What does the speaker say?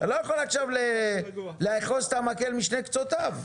אתה לא יכול עכשיו לאחוז את המקל משני קצותיו.